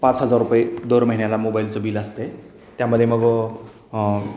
पाच हजार रुपये दर महिन्याला मोबाईलचं बिल असतय त्यामध्ये मग